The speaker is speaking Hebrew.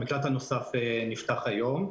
המקלט הנוסף נפתח היום.